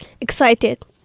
Excited